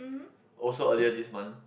also earlier this month